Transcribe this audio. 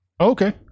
Okay